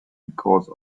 because